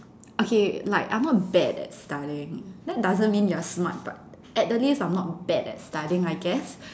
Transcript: okay like I'm not bad at studying that doesn't mean you're smart but at the least I'm not bad at studying I guess